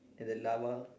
then the lava